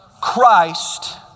Christ